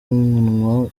umunwa